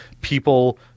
people